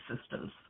systems